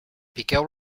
piqueu